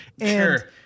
Sure